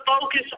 focus